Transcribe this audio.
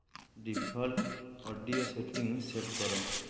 default audio setting set କର